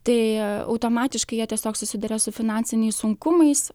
tai automatiškai jie tiesiog susiduria su finansiniais sunkumais